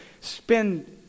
spend